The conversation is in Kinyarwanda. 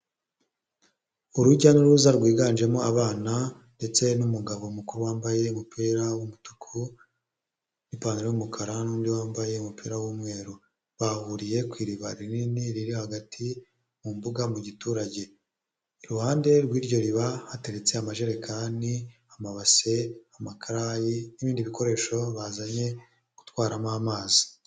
Urujya n'uruza rwiganjemo abana ndetse n'umugabo mukuru wambaye umupira wumutuku n'ipantaro yumukara n'ndi wambaye umupira w'umweru, bahuriye ku iriba rinini riri hagati mu mbuga mu giturage, iruhande rw'iryo riba hateretse amajerekani, amabase, amakarayi, n'ibindi bikoresho bazanye gutwaramo amazi.